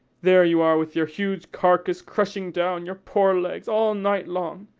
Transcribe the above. there you are with your huge carcass crushing down your poor legs all night long.